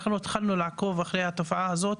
אנחנו התחלנו לעקוב אחרי התופעה הזאת